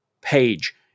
page